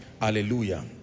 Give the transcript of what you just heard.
hallelujah